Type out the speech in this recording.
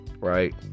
Right